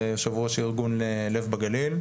ויו"ר ארגון לב בגליל,